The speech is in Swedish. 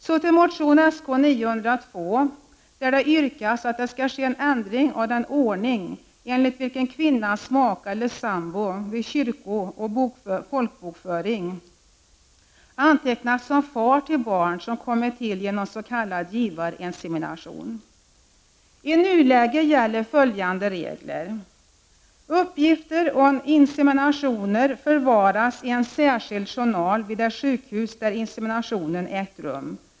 Så till motion Sk902, där det yrkas att det skall ske en ändring av den ordning enligt vilken kvinnans make eller sambo vid kyrkooch folkbokföring antecknas som far till barn som kommit till genom s.k. givarinsemination. I nuläget gäller följande regler: Uppgifter om inseminationer förvaras i en särskild journal vid det sjukhus där inseminationen ägt rum.